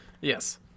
Yes